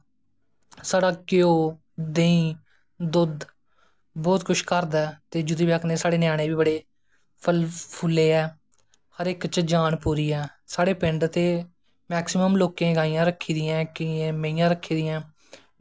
साढ़ा घ्यो देंही दुध्द बौह्त कुश घर दा ऐ ते जेह्दी बज़ाह् कन्नैं साढ़े ञ्यानें फले फुल्ले दे ऐं हर इक च जान पूरी ऐ साढ़े पिंड ते मैकसिमम लोकें गाइयां रक्खी दियां नैं केइयैं मैंहियां रक्खी दियां नैं